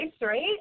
right